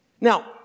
Now